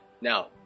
Now